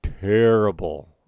terrible